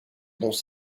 bons